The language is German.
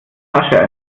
tasche